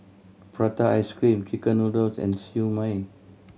prata ice cream chicken noodles and Siew Mai